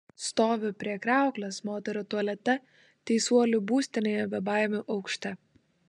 stoviu prie kriauklės moterų tualete teisuolių būstinėje bebaimių aukšte